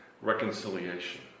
Reconciliation